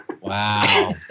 Wow